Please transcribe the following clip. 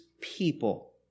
people